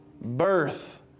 birth